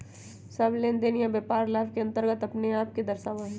सब लेनदेन या व्यापार लाभ के अन्तर्गत अपने आप के दर्शावा हई